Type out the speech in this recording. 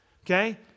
Okay